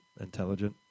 intelligent